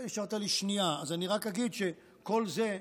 השארת לי שנייה, אז רק אגיד שכל זה,